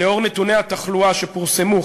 לנוכח נתוני התחלואה שפורסמו,